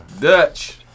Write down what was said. Dutch